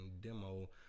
demo